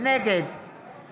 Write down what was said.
נגד